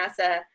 NASA